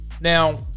now